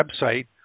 website